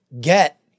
get